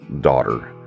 daughter